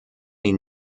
ihn